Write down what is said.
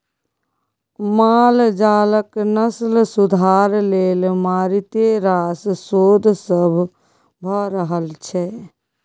माल जालक नस्ल सुधार लेल मारिते रास शोध सब भ रहल छै